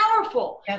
powerful